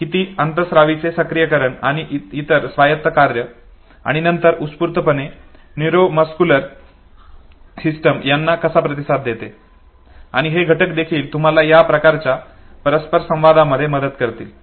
आणि अंतःस्रावीचे सक्रीयीकरण आणि इतर स्वायत्त कार्य आणि नंतर उत्स्फूर्तपणे न्यूरोमस्क्युलर सिस्टम त्यांना कसा प्रतिसाद देते आणि हे घटक देखील तुम्हाला या प्रकारच्या परस्परसंवादामध्ये मदत करतील